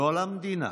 לא למדינה,